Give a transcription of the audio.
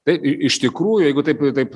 tai i iš tikrųjų jeigu taip taip